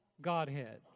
godhead